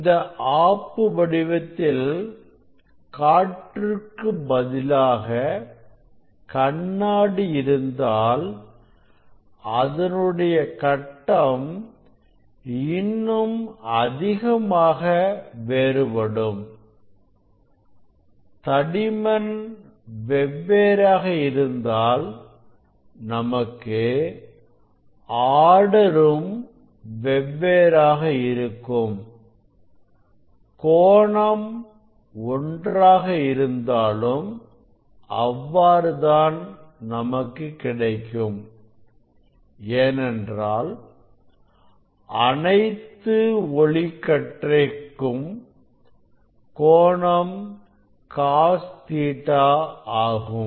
இந்த ஆப்பு வடிவத்தில் காற்றுக்குப் பதிலாக கண்ணாடி இருந்தால் அதனுடைய கட்டம் இன்னும் அதிகமாக வேறுபடும் தடிமன் வெவ்வேறாக இருந்தால் நமக்கு ஆர்டரும் வெவ்வேறாக இருக்கும் கோணம் ஒன்றாக இருந்தாலும் அவ்வாறு தான் நமக்கு கிடைக்கும் ஏனென்றால் அனைத்து ஒளிக்கற்றை க்கும் கோணம் காஸ் Ɵ ஆகும்